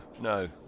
no